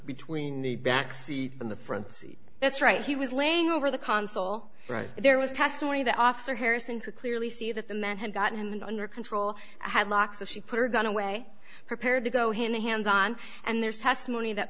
between the back seat and the front seat that's right he was laying over the consul right there was testimony that officer harrison could clearly see that the man had gotten under control had locks of she put her gun away prepared to go hand hands on and there's testimony that